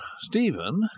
Stephen